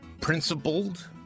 principled